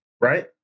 right